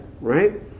right